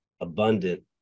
abundant